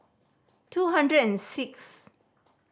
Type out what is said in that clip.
two hundred and sixth